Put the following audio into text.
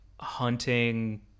hunting